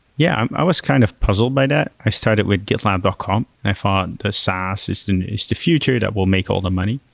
yeah, i was kind of puzzled by that. i started with gitlab dot com and i thought the saas is and is the future that will make all the money.